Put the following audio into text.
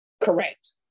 Correct